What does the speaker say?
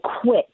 quit